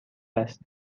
است